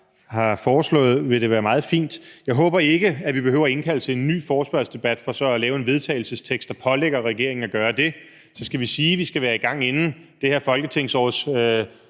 har foreslået, vil det være meget fint. Jeg håber ikke, vi behøver at indkalde til en ny forespørgselsdebat for så at lave en vedtagelsestekst, der pålægger regeringen at gøre det. Hvis vi skal sige, at vi skal være i gang inden det her folketingsårs